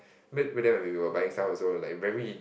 back back then we were buying stuff also like very